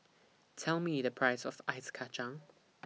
Tell Me The Price of Ice Kacang